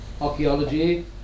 archaeology